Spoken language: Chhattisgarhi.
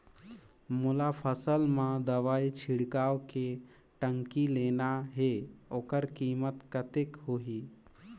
मोला फसल मां दवाई छिड़काव के टंकी लेना हे ओकर कीमत कतेक होही?